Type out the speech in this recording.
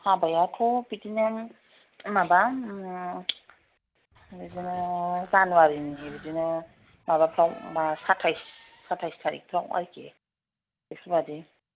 हाबायाथ' बिदिनो माबा बिदिनो जानुवारिनि बिदिनो माबाफोराव साथाइस साथाइस थारिखफोराव आरखि बेफोरबायदि